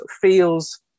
feels